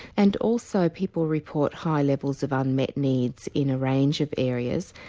and also people report high levels of unmet needs in a range of areas,